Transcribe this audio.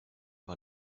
war